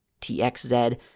txz